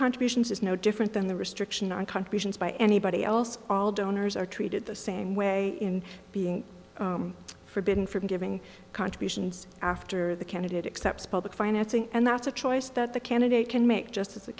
contributions is no different than the restriction on contributions by anybody else all donors are treated the same way in being forbidden from giving contributions after the candidate accepts public financing and that's a choice that the candidate can make just as a